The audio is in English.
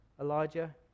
Elijah